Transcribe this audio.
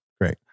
Great